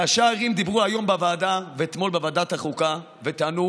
ראשי הערים דיברו היום בוועדה ואתמול בוועדת החוקה וטענו